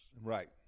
Right